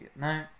No